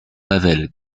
pavel